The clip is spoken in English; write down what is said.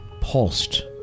pulsed